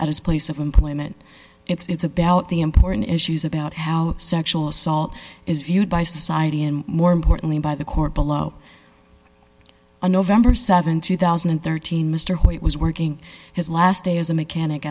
at his place of employment it's about the important issues about how sexual assault is viewed by society and more importantly by the court below on november th two thousand and thirteen mr white was working his last day as a mechanic